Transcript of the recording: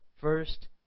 first